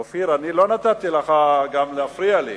אופיר, אני לא נתתי לך גם להפריע לי.